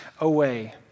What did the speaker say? away